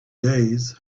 days